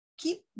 keep